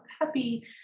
happy